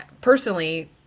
personally